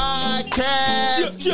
Podcast